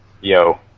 Yo